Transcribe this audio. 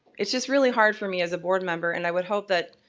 it's just really hard for me as a board member, and i would hope that